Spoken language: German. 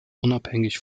unabhängig